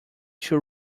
two